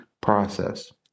process